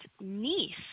niece